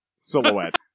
silhouette